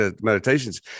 meditations